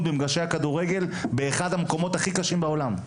במגרשי הכדורגל באחד המקומות הכי קשים בעולם.